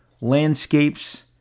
landscapes